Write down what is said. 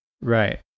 right